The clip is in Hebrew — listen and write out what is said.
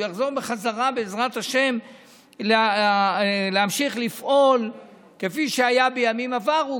כשהוא יחזור בחזרה בעזרת השם להמשיך לפעול כפי שהיה בימים עברו,